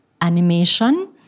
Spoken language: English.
animation